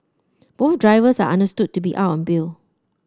both drivers are understood to be out on bill